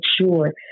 sure